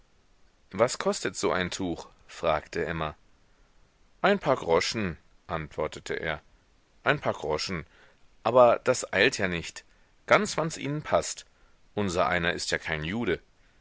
was kostet so ein tuch fragte emma ein paar groschen antwortete er ein paar groschen aber das eilt ja nicht ganz wanns ihnen paßt unsereiner ist ja kein jude